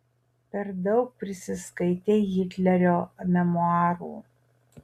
per daug prisiskaitei hitlerio memuarų